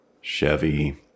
Chevy